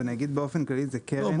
אבל אני אגיד באופן כללי שזאת קרן -- לא,